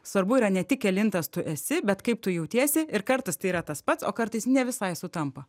svarbu yra ne tik kelintas tu esi bet kaip tu jautiesi ir kartais tai yra tas pats o kartais ne visai sutampa